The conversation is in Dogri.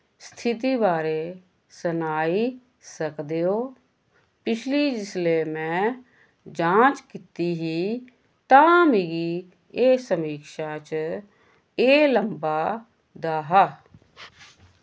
स्थिति बारै सनाई सकदे ओ पिछली जिसलै में जांच कीती ही तां मिगी एह् समीक्षा च एह् लब्भा दा हा